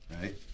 right